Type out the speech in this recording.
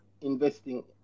investing